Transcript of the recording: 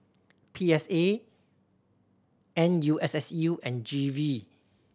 P S A N U S S U and G V